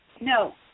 No